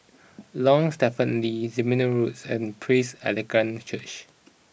Lorong Stephen Lee Zehnder Road and Praise Evangelical Church